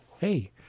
Hey